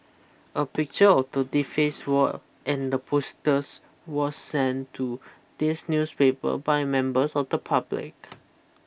a picture of the defaced wall and the posters was sent to this newspaper by members of the public